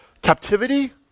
Captivity